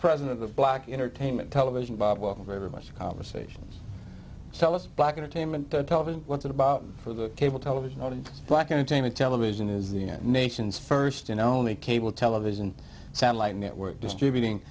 president of black entertainment television bob was very much a conversation so let's black entertainment television what's it about for the cable television or the black entertainment television is the nation's st and only cable television satellite network distributing